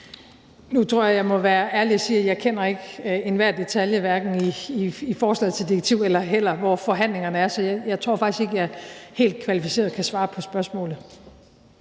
Nu tror jeg, jeg må være ærlig og sige, at jeg ikke kender enhver detalje, hverken i forslaget til direktiv eller i, hvor langt forhandlingerne er. Så jeg tror faktisk ikke, jeg helt kvalificeret kan svare på spørgsmålet.